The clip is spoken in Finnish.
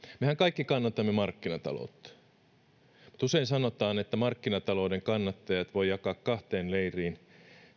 mehän kaikki kannatamme markkinataloutta mutta usein sanotaan että markkinata louden kannattajat voi jakaa kahteen leiriin